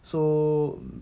so